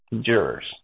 jurors